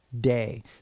day